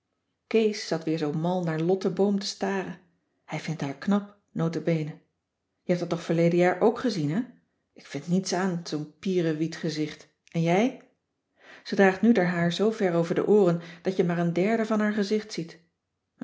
kees zat weer zoo mal naar lotte boom te staren hij vindt haar knap notabene je hebt haar toch verleden jaar ook gezien hè ik vind niets aan zoo'n pierewietgezicht en jij ze draagt nu d'r haar zoover over de ooren dat je maar een derde van haar gezicht ziet